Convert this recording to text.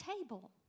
table